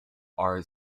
are